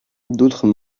d’autres